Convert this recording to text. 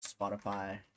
spotify